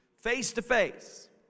face-to-face